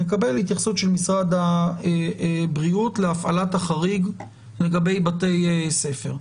נקבל התייחסות של משרד הבריאות להפעלת החריג לגבי בתי ספר.